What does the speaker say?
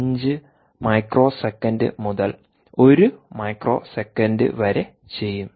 25 microsecond മുതൽ ഒരു microsecond വരെ ചെയ്യും